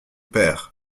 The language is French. pères